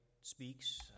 speaks